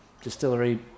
distillery